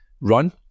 run